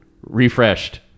refreshed